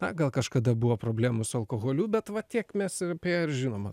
na gal kažkada buvo problemų su alkoholiu bet va tiek mes apie ją ir žinom